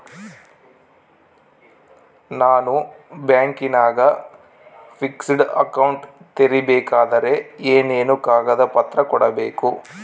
ನಾನು ಬ್ಯಾಂಕಿನಾಗ fixed account ತೆರಿಬೇಕಾದರೆ ಏನೇನು ಕಾಗದ ಪತ್ರ ಕೊಡ್ಬೇಕು?